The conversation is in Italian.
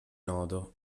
nodo